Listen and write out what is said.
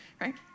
right